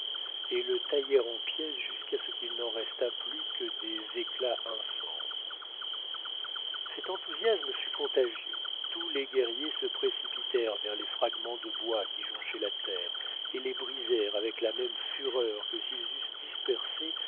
et le taillèrent en pièces jusqu'à ce qu'il n'en restât plus que des éclats informes cet enthousiasme fut contagieux tous les guerriers se précipitèrent vers les fragments de bois qui jonchaient la terre et les brisèrent avec la même fureur que s'ils eussent dispersé